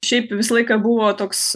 šiaip visą laiką buvo toks